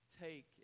take